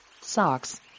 socks